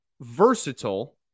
versatile